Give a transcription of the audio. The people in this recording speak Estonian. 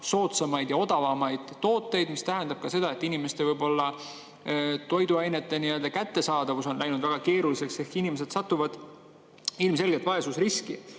soodsamaid ja odavamaid tooteid. See tähendab ka seda, et inimestele on võib-olla toiduainete kättesaadavus läinud väga keeruliseks, ehk inimesed satuvad ilmselgelt vaesusriski. Ja